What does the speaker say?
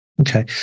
Okay